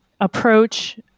approach